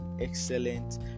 excellent